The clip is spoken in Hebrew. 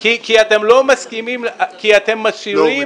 -- כי אתם משאירים -- לא,